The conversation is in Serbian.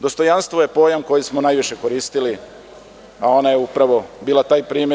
Dostojanstvo je pojam koji smo najviše koristili, a ona je upravo bila taj primer.